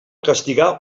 castigar